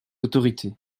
autorités